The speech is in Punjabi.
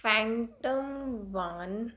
ਫੈਟਮ ਵੰਨ